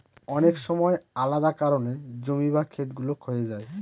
অনেক সময় আলাদা কারনে জমি বা খেত গুলো ক্ষয়ে যায়